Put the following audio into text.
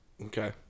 Okay